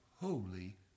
holy